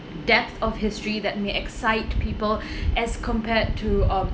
depth of history that may excite people as compared to um